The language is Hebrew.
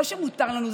לא שמותר לנו,